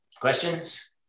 Questions